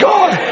God